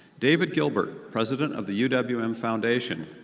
david gilbert, president of the u w m foundation.